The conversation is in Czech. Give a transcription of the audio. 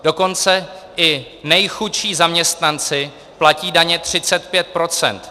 Dokonce i nejchudší zaměstnanci platí daně 35 %.